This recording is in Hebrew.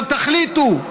עכשיו תחליטו,